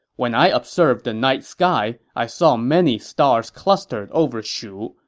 when i observed the night sky, i saw many stars clustered over shu,